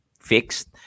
fixed